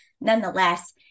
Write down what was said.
nonetheless